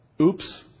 oops